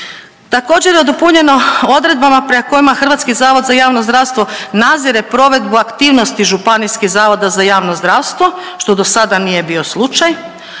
Također je dopunjeno odredbama prema kojima HZJZ nadzire provedbu aktivnosti županijskih zavoda za javno zdravstvo, što do sada nije bio slučaj